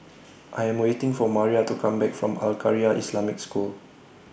I Am waiting For Maria to Come Back from Al Khairiah Islamic School